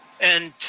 and